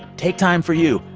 take time for you.